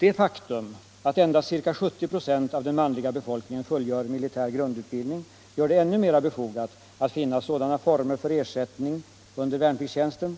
Det faktum att endast ca 70 26 av den manliga befolkningen fullgör militär grundutbildning gör det ännu mer befogat att finna sådana former för ersättning under värnpliktstjänsten